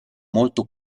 molto